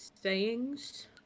sayings